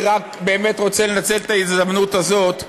אני רק באמת רוצה לנצל את ההזדמנות הזאת להודות,